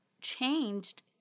changed